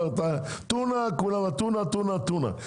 כולם טונה, טונה, טונה.